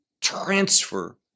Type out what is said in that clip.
transfer